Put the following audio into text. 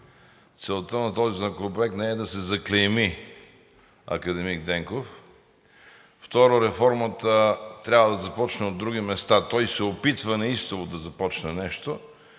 целта на този законопроект не е да се заклейми академик Денков. Второ, реформата трябва да започне от други места. Той се опитва неистово да започне нещо.